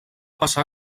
passar